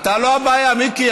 אתה לא הבעיה, מיקי.